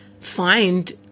find